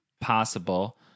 possible